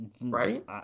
Right